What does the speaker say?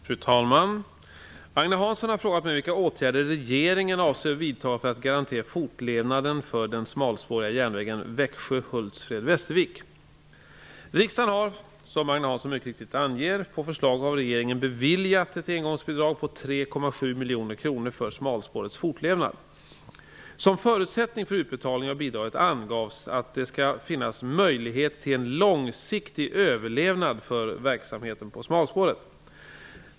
Fru talman! Agne Hansson har frågat mig vilka åtgärder regeringen avser att vidta för att garantera fortlevnaden för den smalspåriga järnvägen Växjö-- Riksdagen har, som Agne Hansson mycket riktigt anger, på förslag av regeringen beviljat ett engångsbidrag på 3,7 miljoner kronor för smalspårets fortlevnad. Som förutsättning för utbetalning av bidraget angavs att det skall finnas möjlighet till en långsiktig överlevnad för verksamheten på smalspåret.